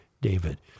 David